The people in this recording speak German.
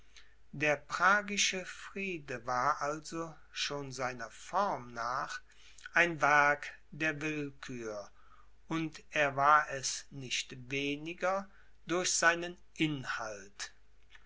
der pragische friede war also schon seiner form nach ein werk der willkür und er war es nicht weniger durch seinen inhalt